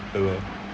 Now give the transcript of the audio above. ya lah